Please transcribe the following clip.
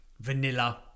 vanilla